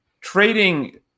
trading